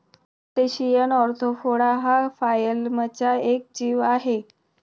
crustacean arthropoda हा फायलमचा एक जीव आहे